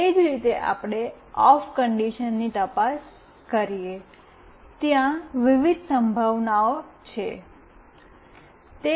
એ જ રીતે આપણે ઑફ કન્ડિશન્સની તપાસ કરીએ છીએ ત્યાં વિવિધ સંભાવનાઓ છે